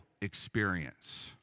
experience